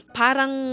parang